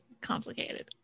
complicated